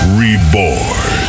reborn